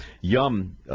yum